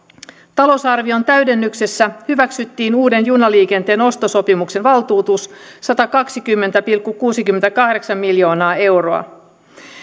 talousarvion täydennyksessä hyväksyttiin uuden junaliikenteen ostosopimuksen valtuutus satakaksikymmentä pilkku kuusikymmentäkahdeksan miljoonaa euroa